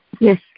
Yes